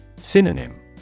Synonym